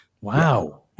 Wow